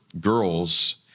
girls